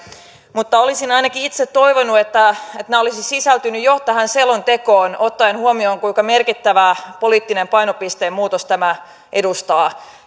mutta olisin ainakin itse toivonut että nämä olisivat sisältyneet jo tähän selontekoon ottaen huomioon kuinka merkittävää poliittista painopisteen muutosta tämä edustaa